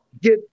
get